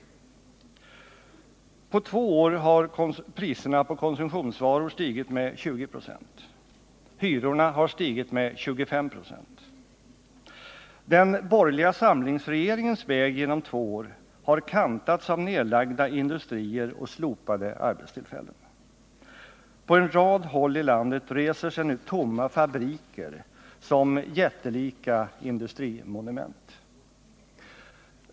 På två år har priserna på konsumtionsvaror stigit med 20 26. Hyrorna har stigit med 25 96. Den borgerliga samlingsregeringens väg genom två år har kantats av nedlagda industrier och slopade arbetstillfällen. På en rad håll i landet reser sig nu tomma fabriker som jättelika industrimonument.